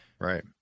right